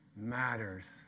matters